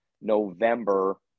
November